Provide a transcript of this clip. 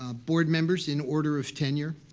um board members in order of tenure,